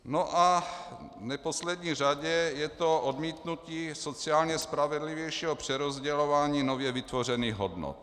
A v neposlední řadě je to odmítnutí sociálně spravedlivějšího přerozdělování nově vytvořených hodnot.